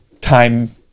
time